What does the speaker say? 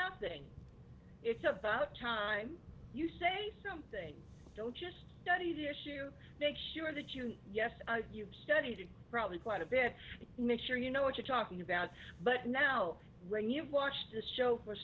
nothing it's about time you say something don't just study the issue make sure that you yes you've studied it probably quite a bit make sure you know what you're talking about but no rain you've watched this show for